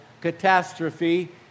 catastrophe